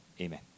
Amen